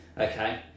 okay